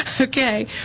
okay